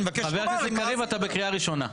חבר הכנסת קריב אתה בקריאה ראשונה.